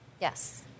Yes